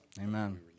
Amen